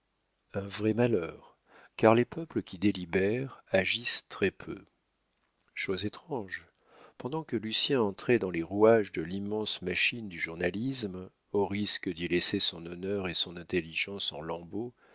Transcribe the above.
un vrai malheur car les peuples qui délibèrent agissent très-peu chose étrange pendant que lucien entrait dans les rouages de l'immense machine du journalisme au risque d'y laisser son honneur et son intelligence en lambeaux